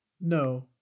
no